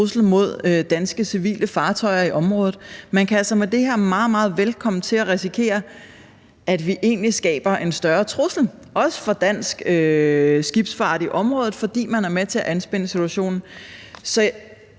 trussel mod danske civile fartøjer i området. Man kan altså med det her meget, meget vel komme til at risikere, at vi egentlig skaber en større trussel, også for dansk skibsfart i området, fordi man er med til at anspænde situationen.